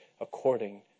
according